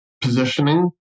positioning